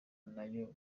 nayo